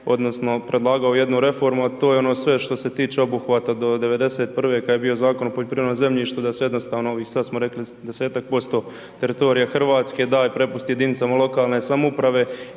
odnosno predlagao jednu reformu, a to je ono sve što se tiče obuhvata do '91. kad je bio Zakon o poljoprivrednom zemljištu da se jednostavno ovi sad smo rekli 10% teritorija Hrvatske da, prepusti jedinicama lokalne samouprave